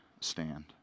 stand